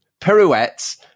Pirouettes